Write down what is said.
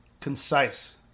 Concise